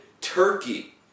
turkey